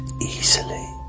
easily